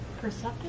Perceptive